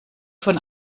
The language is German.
von